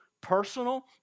personal